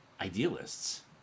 idealists